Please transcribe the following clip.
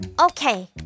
Okay